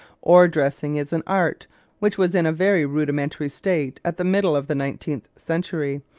ore-dressing is an art which was in a very rudimentary state at the middle of the nineteenth century,